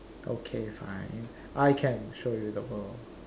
okay fine I can show you the world